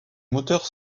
moteur